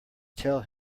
tell